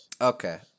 Okay